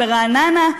ברעננה.